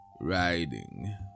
Riding